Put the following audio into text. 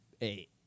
eight